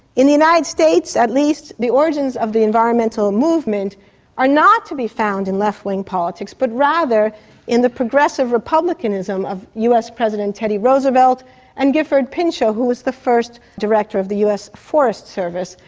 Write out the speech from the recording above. in the united states, at least the origins of the environmental movement are not to be found in left wing politics, but rather in the progressive republicanism of us president teddy roosevelt and gifford pinchot, who was the first director of the us forest service,